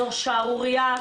זאת שערורייה.